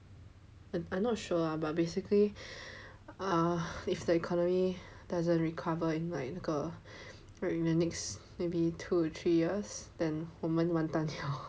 I not sure lah but basically uh if the economy doesn't recover in like 那个 like in the next maybe two three years then 我们完蛋了